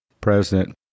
President